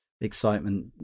excitement